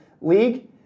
League